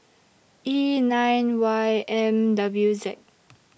E nine Y M W Z